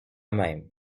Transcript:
même